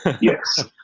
Yes